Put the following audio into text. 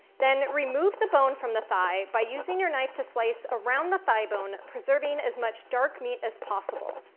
then remove the bone from the thigh by using your knife to slice around the thighbone preserving as much dark meat as possible.